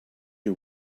you